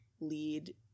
lead